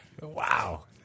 Wow